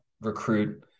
recruit